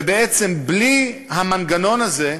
ובעצם בלי המנגנון הזה,